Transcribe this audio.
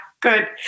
good